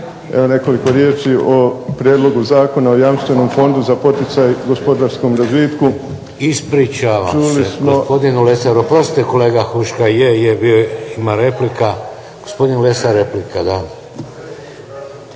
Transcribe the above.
Evo nekoliko riječi o Prijedlogu zakona o Jamstvenom fondu za poticaj gospodarskom razvitku. **Šeks, Vladimir (HDZ)** Ispričavam se gospodinu Lesaru. Oprostite kolega Huška, ima replika. Gospodin Lesar, replika.